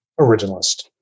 originalist